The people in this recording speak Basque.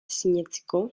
sinetsiko